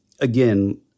again